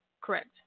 Correct